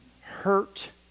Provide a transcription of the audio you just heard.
hurt